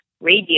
radio